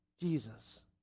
Jesus